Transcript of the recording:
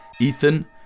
Ethan